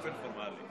באופן פורמלי.